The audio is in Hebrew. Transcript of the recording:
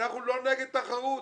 אנחנו לא נגד תחרות,